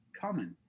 common